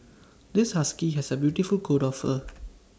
this husky has A beautiful coat of fur